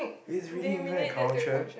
is it really you want to culture